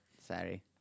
Sorry